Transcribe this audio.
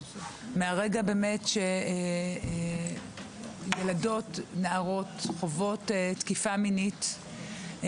מהרגע שבאמת ילדות או נערות חוות תקיפה מינית,